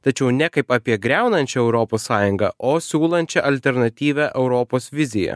tačiau ne kaip apie griaunančią europos sąjungą o siūlančią alternatyvią europos viziją